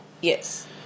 Yes